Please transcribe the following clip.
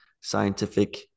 scientific